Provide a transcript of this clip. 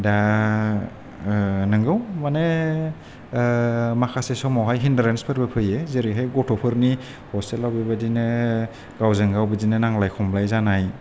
दा ओ नंगौ माने ओ माखासे समावहाय हिन्द्रेन्सफोरबो फैयो जोरैहाय गथ'फोरनि हस्टेलाव बेबायदिनो गावजोंगाव बिदिनो नांलाय खमलाय जानाय